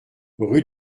rue